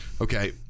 Okay